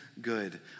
good